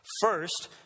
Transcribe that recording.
First